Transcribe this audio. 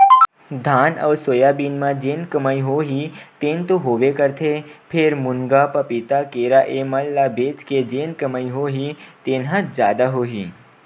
धान अउ सोयाबीन म जेन कमई होही तेन तो होबे करथे फेर, मुनगा, पपीता, केरा ए मन ल बेच के जेन कमई होही तेन ह जादा होही